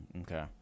Okay